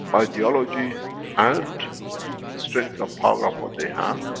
ideology and strength of power of what they have,